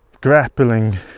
grappling